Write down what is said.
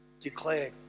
declare